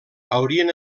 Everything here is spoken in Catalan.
haurien